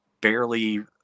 barely